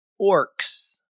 orcs